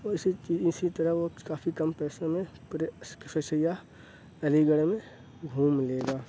اسی اسی طرح کافی کم پیسے میں پورے سیاح علی گڑھ میں گھوم لے گا